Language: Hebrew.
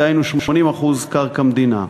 דהיינו 80% קרקע מדינה,